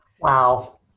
Wow